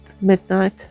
Midnight